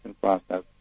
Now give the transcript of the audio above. process